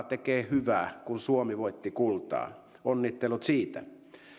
tekee hyvää kun suomi voitti kultaa onnittelut siitä